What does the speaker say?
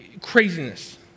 craziness